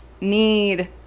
need